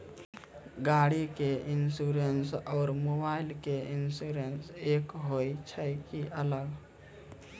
गाड़ी के इंश्योरेंस और मोबाइल के इंश्योरेंस एक होय छै कि अलग?